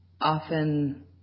often